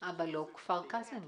אבל לא כפר קאסם.